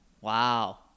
Wow